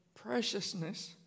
preciousness